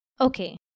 Okay